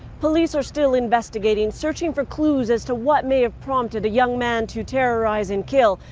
police are still investigating, searching for clues as to what may have prompted a young man to terrorize and kill.